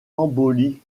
embolie